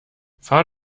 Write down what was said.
fahr